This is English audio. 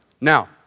Now